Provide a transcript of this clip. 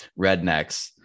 rednecks